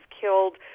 killed